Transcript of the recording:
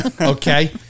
okay